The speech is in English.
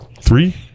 Three